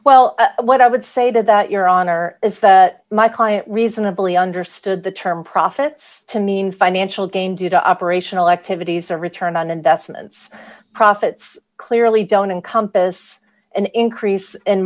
well what i would say that your honor is that my client reasonably understood the term profits to mean financial gain due to operational activities or return on investments profits clearly don't encompass an increase in